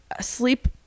sleep